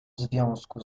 związku